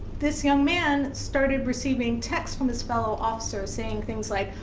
this young man started receiving texts from his fellow officers, saying things like,